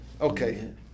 Okay